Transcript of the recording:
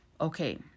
Okay